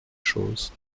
chose